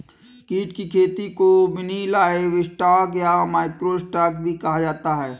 कीट की खेती को मिनी लाइवस्टॉक या माइक्रो स्टॉक भी कहा जाता है